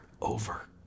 over